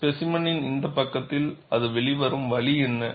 ஸ்பேசிமென்னின் இந்த பக்கத்தில் அது வெளிவரும் வழி என்ன